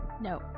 no